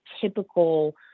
typical